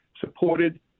supported